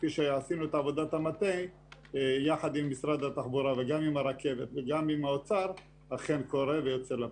כפי שעשינו אתם את עבודת המטה וגם עם הרכבת אכן קורה ויוצא לפועל.